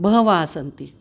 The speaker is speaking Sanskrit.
बहवः सन्ति